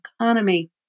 economy